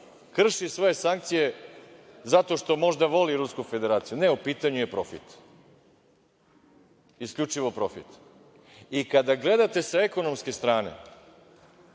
krši svoje sankcije zato što možda voli Rusku Federaciju? Ne, u pitanju je profit, isključivo profit.I kada gledate sa ekonomske strane,